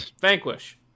Vanquish